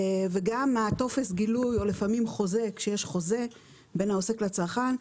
וגם טופס הגילוי או לפעמים חוזה כשיש חוזה בין העוסק לצרכן,